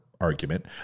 argument